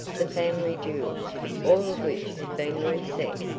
the family jewels all of which had been reset.